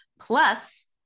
Plus